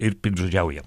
ir piktžodžiauja